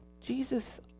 Jesus